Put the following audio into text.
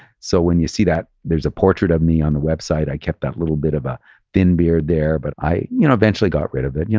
so when you see that, there's a portrait of me on the website, i kept that little bit of a thin beard there, but i eventually got rid of it. yeah